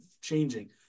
changing